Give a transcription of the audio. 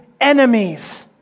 enemies